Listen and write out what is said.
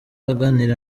aganira